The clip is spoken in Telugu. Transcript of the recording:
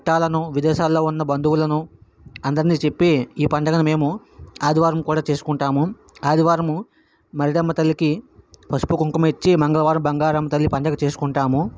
చుట్టాలను విదేశాల్లో ఉన్న బంధువులను అందరిని చెప్పి ఈ పండుగను మేము ఆదివారం కూడా చేసుకుంటాము ఆదివారం బలిజమ్మ తల్లికి పసుపు కుంకుమ ఇచ్చి మంగళవారము బంగారమ్మ తల్లి పండుగ చేసుకుంటాము